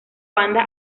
banda